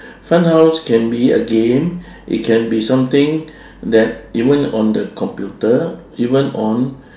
fun house can be a game it can be something that even on the computer even on